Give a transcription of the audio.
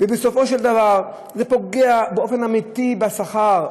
בסופו של דבר זה פוגע באופן אמיתי בשכר,